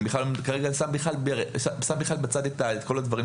אני כרגע שם בכלל בצד את כל הדברים